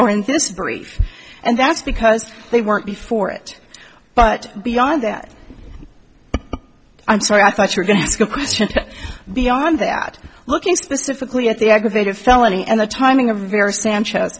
this brief and that's because they weren't before it but beyond that i'm sorry i thought you're going to ask a question beyond that looking specifically at the aggravated felony and the timing of the very sanchez